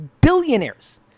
billionaires